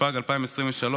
התשפ"ג 2023,